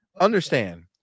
understand